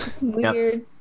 Weird